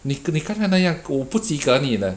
你你看他那样我不及格你了